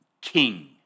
king